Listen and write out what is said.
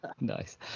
Nice